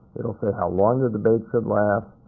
it'll say how long the debate should last,